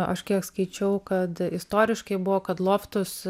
aš kiek skaičiau kad istoriškai buvo kad loftus